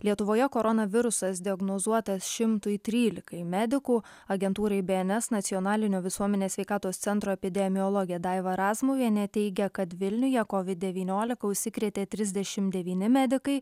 lietuvoje koronavirusas diagnozuotas šimtui trylikai medikų agentūrai bns nacionalinio visuomenės sveikatos centro epidemiologė daiva razmuvienė teigia kad vilniuje covid devyniolika užsikrėtė trisdešimt devyni medikai